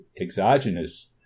exogenous